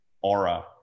aura